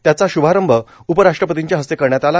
त्याचा श्भारंभ उपराष्ट्रपतींच्या हस्ते करण्यात आला